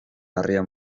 harria